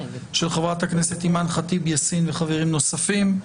של חברת הכנסת אימאן ח'טיב יאסין וחברים נוספים,